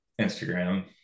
Instagram